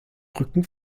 rücken